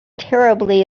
terribly